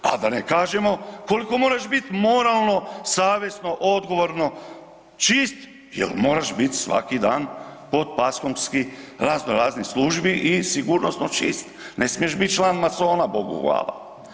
A da ne kažemo koliko moraš bit moralno savjesno odgovorno čist jer moraš bit svaki dan pod paskom razno raznih službi i sigurnosno čist, ne smiješ bit član Masona bogu hvala.